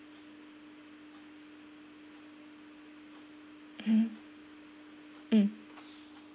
mm mm